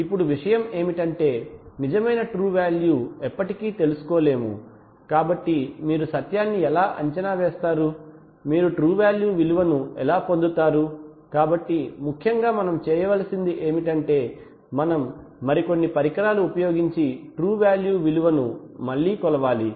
ఇప్పుడు విషయం ఏమిటంటే నిజమైన ట్రూ వాల్యు ఎప్పటికీ తెలుసుకోలేము కాబట్టి మీరు సత్యాన్ని ఎలా అంచనా వేస్తారు మీరు ట్రూ వాల్యు విలువను ఎలా పొందుతారు కాబట్టి ముఖ్యంగా మనం చేయవలసింది ఏమిటంటే మనం మరికొన్ని పరికరాలు ఉపయోగించి ట్రూ వాల్యు విలువను మళ్ళీ కొలవాలి